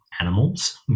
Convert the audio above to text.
animals